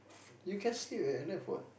you can sleep at at your left what